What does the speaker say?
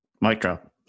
micro